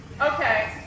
Okay